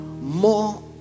more